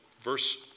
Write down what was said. verse